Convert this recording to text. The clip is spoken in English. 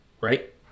right